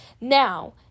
Now